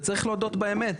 וצריך להודות באמת.